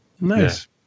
Nice